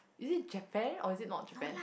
is it Japan or is it not Japan